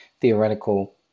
theoretical